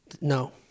No